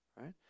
right